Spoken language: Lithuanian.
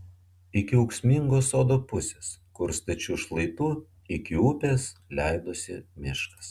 iki ūksmingos sodo pusės kur stačiu šlaitu iki upės leidosi miškas